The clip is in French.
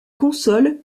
console